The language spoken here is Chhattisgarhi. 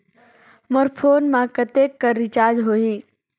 मोर फोन मा कतेक कर रिचार्ज हो ही?